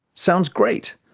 sounds great.